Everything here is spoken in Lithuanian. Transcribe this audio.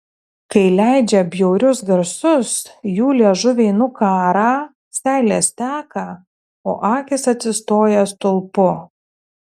kai leidžia bjaurius garsus jų liežuviai nukąrą seilės teka o akys atsistoja stulpu